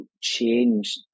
change